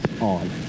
on